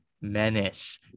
menace